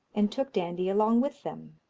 and took dandie along with them.